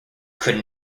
could